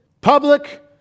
public